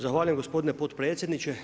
Zahvaljujem gospodine potpredsjedniče.